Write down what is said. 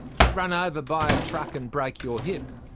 get run over by a truck and break your hip,